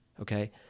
Okay